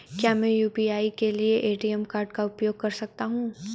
क्या मैं यू.पी.आई के लिए ए.टी.एम कार्ड का उपयोग कर सकता हूँ?